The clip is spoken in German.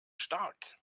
stark